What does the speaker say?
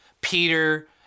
Peter